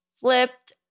flipped